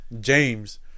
James